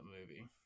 movie